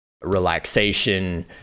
relaxation